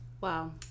Wow